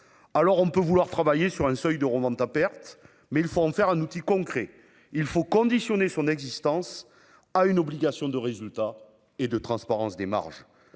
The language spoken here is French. ça. On peut souhaiter travailler sur un seuil de revente à perte, mais il faut alors en faire un outil concret, et conditionner son existence à une obligation de résultat et de transparence des marges.